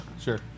sure